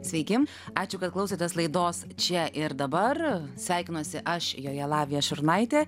sveiki ačiū kad klausotės laidos čia ir dabar sveikinuosi aš joje lavija šurnaitė